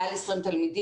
מעל 20 תלמידים,